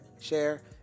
share